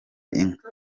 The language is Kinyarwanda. inka